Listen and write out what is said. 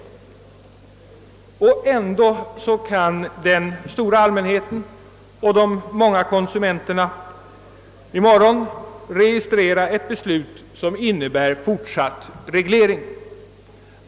Ändå kan den stora allmänheten och de många konsumenterna i morgon registrera ett beslut, som innebär fortsatt reglering.